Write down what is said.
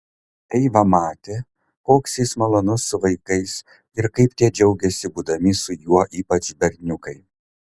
eiva matė koks jis malonus su vaikais ir kaip tie džiaugiasi būdami su juo ypač berniukai